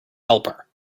helper